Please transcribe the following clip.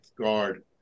guard